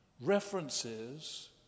references